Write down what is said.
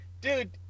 dude